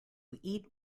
eat